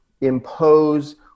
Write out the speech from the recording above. impose